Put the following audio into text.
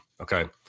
Okay